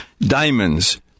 diamonds